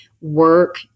work